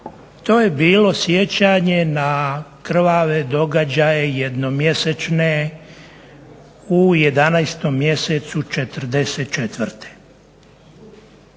to je bilo sjećanje na krvave događaje jednomjesečne u 11. mjesecu '44.